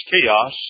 chaos